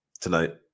Tonight